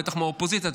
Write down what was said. בטח מהאופוזיציה,